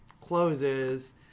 closes